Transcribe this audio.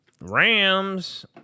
Rams